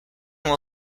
will